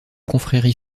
confrérie